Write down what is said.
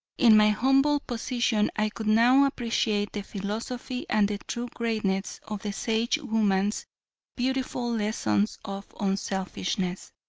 in my humble position i could now appreciate the philosophy and the true greatness of the sagewoman's beautiful lessons of unselfishness.